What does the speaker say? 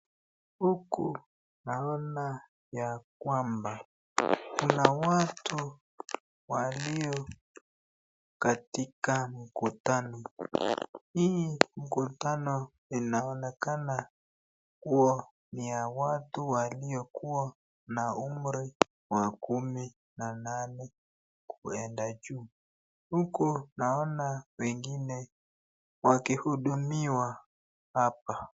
Huku naona yakwamba, kuna watu walio katika mkutano, hii mkutano inaonekana kuwa ni ya watu waliokuwa na umri wa kumi na nane kuenda juu huku naona wengine wakihudumiwa hapa.